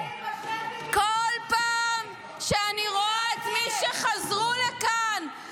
כל פעם שאני רואה את מי שחזרו לכאן,